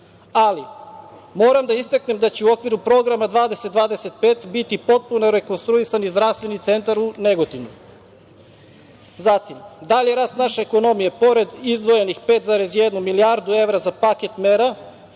Ali, moram da istaknem da će u okviru Programa 2025 biti potpuno rekonstruisan i zdravstveni centar u Negotinu. Dalji rast naše ekonomije pored izdvojenih 5,1 milijardu evra za paket mera